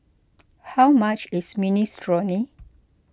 how much is Minestrone